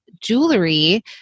jewelry